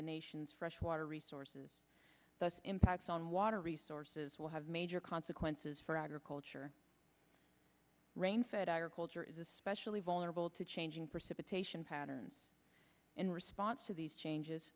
the nation's fresh water resources the impacts on water resources will have major consequences for agriculture rain said agriculture is especially vulnerable to changing precipitation patterns in response to these changes